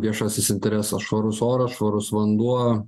viešasis interesas švarus oras švarus vanduo